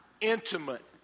intimate